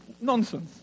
Nonsense